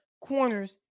corners